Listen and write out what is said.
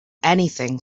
anything